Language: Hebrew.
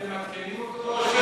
אתם מעדכנים אותו?